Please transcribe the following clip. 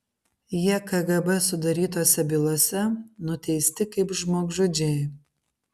jie kgb sudarytose bylose nuteisti kaip žmogžudžiai